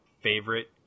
favorite